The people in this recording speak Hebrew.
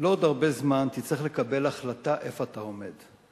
שלא עוד הרבה זמן תצטרך לקבל החלטה איפה אתה עומד.